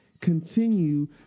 continue